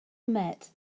met